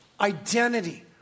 identity